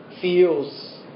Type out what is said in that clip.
feels